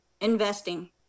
investing